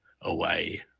away